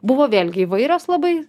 buvo vėlgi įvairios labai